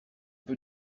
peu